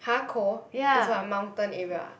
har cold is what a mountain area ah